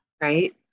Right